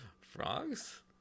frogs